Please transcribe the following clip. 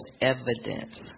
evidence